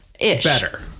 better